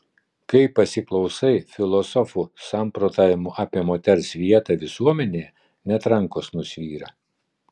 kai pasiklausai filosofų samprotavimų apie moters vietą visuomenėje net rankos nusvyra